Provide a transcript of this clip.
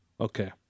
Okay